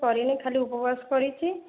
କରିନି ଖାଲି ଉପବାସ କରିଛି